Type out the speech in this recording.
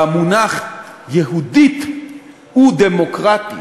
במונח "יהודית ודמוקרטית"